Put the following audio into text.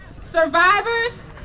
Survivors